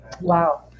Wow